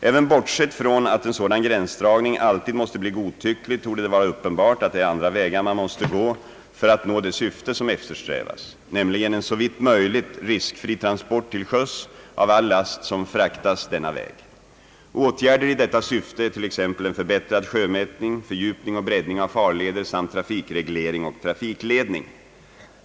Även bortsett från att en sådan gränsdragning alltid måste bli godtycklig torde det vara uppenbart att det är andra vägar man måste gå för att nå det syfte som eftersträvas, nämligen en såvitt möjligt riskfri transport till sjöss av all last som fraktas denna väg. Åtgärder i detta syfte är t.ex. en förbättrad sjömätning, fördjupning och breddning av farleder samt trafikreglering och trafikledning.